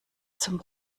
zum